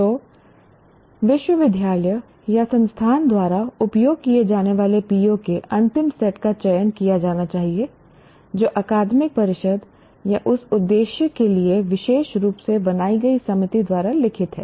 तो विश्वविद्यालय या संस्थान द्वारा उपयोग किए जाने वाले PO के अंतिम सेट का चयन किया जाना चाहिए जो अकादमिक परिषद या उस उद्देश्य के लिए विशेष रूप से बनाई गई समिति द्वारा लिखित है